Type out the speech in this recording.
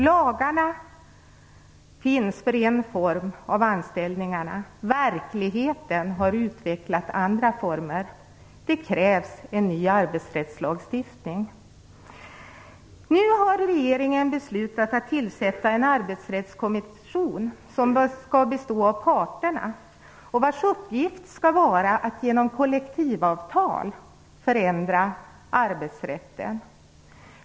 Lagarna finns för en form av anställning. Verkligheten har utvecklat andra former. Det krävs en ny arbetsrättslagstiftning. Nu har regeringen beslutat att tillsätta en arbetsrättskommission som skall bestå av parterna och vars uppgift skall vara att genom kollektivavtal förändra arbetsrätten.